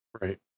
Right